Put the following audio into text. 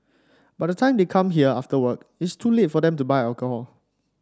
by the time they come here after work it's too late for them to buy alcohol